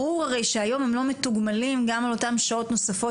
ברור הרי שהיום הם לא מתוגמלים גם על אותן שעות נוספות,